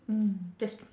mm that's